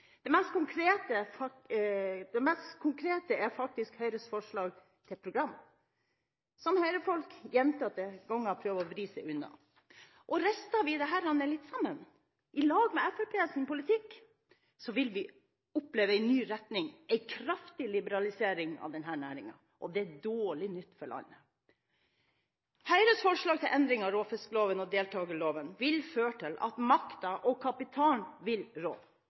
Det mest konkrete er faktisk Høyres forslag til program, som Høyre-folk gjentatte ganger prøver å vri seg unna. Rister vi dette litt sammen, i lag med Fremskrittspartiets politikk, vil vi oppleve en ny retning – en kraftig liberalisering av denne næringen. Det er dårlig nytt for landet. Høyres forslag til endringer i råfiskloven og deltakerloven vil føre til at makten og kapitalen vil rå.